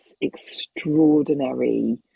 extraordinary